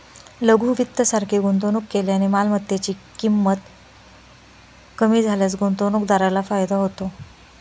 लघु वित्त सारखे गुंतवणूक केल्याने मालमत्तेची ची किंमत कमी झाल्यास गुंतवणूकदाराला फायदा होतो